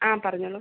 ആ പറഞ്ഞോളൂ